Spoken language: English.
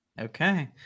Okay